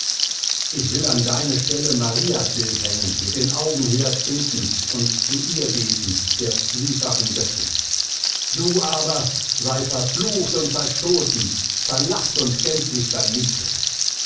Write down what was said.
ich will an deine stelle marias bild hängen mit den augen hyacinthens und zu ihr beten der zwiefachen göttin du aber sei verflucht und verstoßen verlacht und gänzlich vernichtet